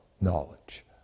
knowledge